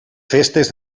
festes